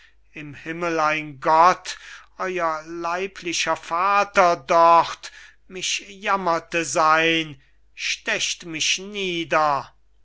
im himmel ein gott euer leiblicher vater dort mich jammerte sein stecht mich nieder